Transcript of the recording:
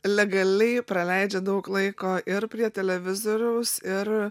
legaliai praleidžia daug laiko ir prie televizoriaus ir